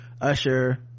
usher